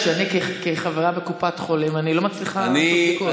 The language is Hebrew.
כחברה בקופת חולים אני לא מצליחה לעשות בדיקות.